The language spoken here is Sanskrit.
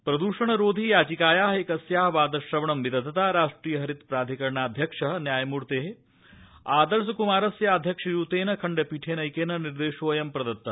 प्रदृषणरोधि याचिकायाः एकस्याः वादश्रवणं विदधता राष्ट्रिय हरित प्राधिकरणाध्यक्षस्य न्यायमूर्तेः आदर्श कुमारस्य आध्यक्ष्ययुतेन खण्डपीठेनैकेन निर्देशोऽयं प्रदत्तः